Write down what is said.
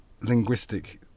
linguistic